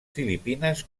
filipines